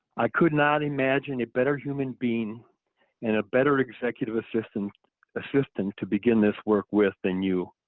i could not imagine a better human being and a better executive assistant assistant to begin this work with than you.